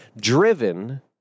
driven